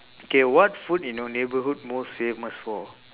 okay what food in your neighbourhood most famous for